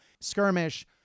Skirmish